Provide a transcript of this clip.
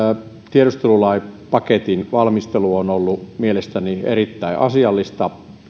tiedustelulakipaketin valmistelu on ollut mielestäni erittäin asiallista